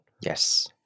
Yes